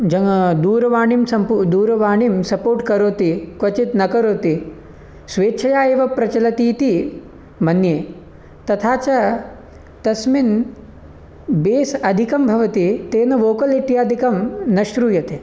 ज दूरवाणीं सम्पूर् दूरवाणीं सपोर्ट् करोति क्वचित् न करोति स्वेच्छया एव प्रचलति इति मन्ये तथा च तस्मिन् बेस् अधिकं भवति तेन वोकल् इत्यादिकं न श्रूयते